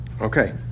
Okay